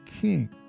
king